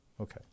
Okay